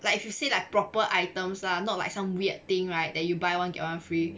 like if you say like proper items lah not like some weird thing right then you buy one get one free